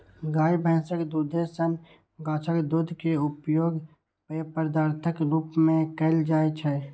गाय, भैंसक दूधे सन गाछक दूध के उपयोग पेय पदार्थक रूप मे कैल जाइ छै